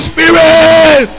Spirit